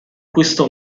questo